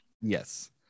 Yes